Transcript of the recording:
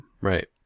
Right